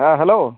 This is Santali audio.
ᱦᱮᱸ ᱦᱮᱞᱳ